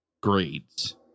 grades